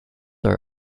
are